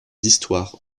d’histoire